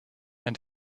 and